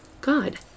God